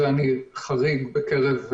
הרי זה מה שבג"ץ אמר.